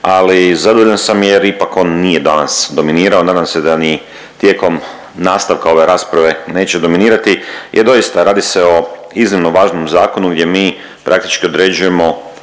ali zadovoljan sam jer ipak on nije danas dominirao. Nadam se da ni tijekom nastavka ove rasprave neće dominirati jer doista radi se o iznimno važnom zakonu jer mi praktički određujemo,